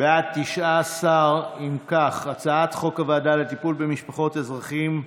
הוועדה לטיפול במשפחות אזרחים נעדרים,